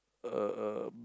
a a